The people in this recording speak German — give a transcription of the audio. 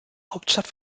hauptstadt